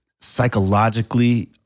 psychologically